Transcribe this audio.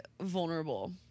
vulnerable